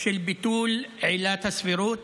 של ביטול עילת הסבירות,